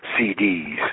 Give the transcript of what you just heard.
CDs